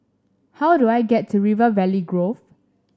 how do I get to River Valley Grove